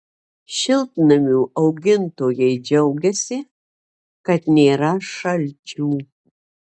šiltnamių augintojai džiaugiasi kad nėra šalčių